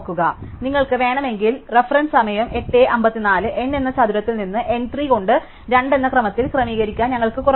അതിനാൽ നിങ്ങൾക്ക് വേണമെങ്കിൽ N എന്ന ചതുരത്തിൽ നിന്ന് N 3 കൊണ്ട് 2 എന്ന ക്രമത്തിൽ ക്രമീകരിക്കാൻ ഞങ്ങൾക്ക് കുറവുണ്ട്